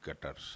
cutters